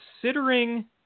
considering